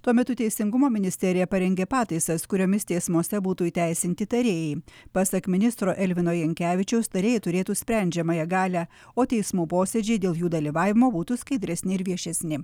tuo metu teisingumo ministerija parengė pataisas kuriomis teismuose būtų įteisinti tarėjai pasak ministro elvino jankevičiaus tarėjai turėtų sprendžiamąją galią o teismo posėdžiai dėl jų dalyvavimo būtų skaidresni ir viešesni